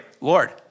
Lord